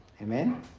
Amen